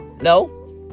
no